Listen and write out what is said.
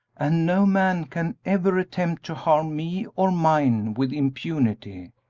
and no man can ever attempt to harm me or mine with impunity!